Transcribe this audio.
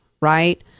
right